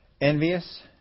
envious